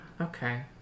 Okay